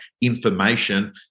information